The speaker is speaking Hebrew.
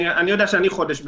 אני חודש בתפקיד,